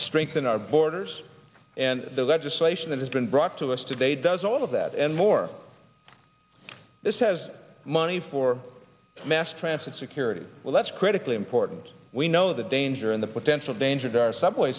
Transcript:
strengthen our borders and the legislation that has been brought to us today does all of that and more this has money for mass transit security well that's critically important we know the danger and the potential danger to our subway